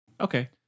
Okay